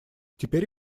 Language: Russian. теперь